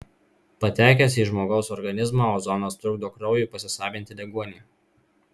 patekęs į žmogaus organizmą ozonas trukdo kraujui pasisavinti deguonį